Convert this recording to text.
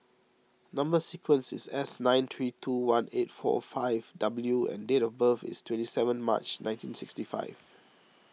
Number Sequence is S nine three two one eight four five W and date of birth is twenty seven March nineteen sixty five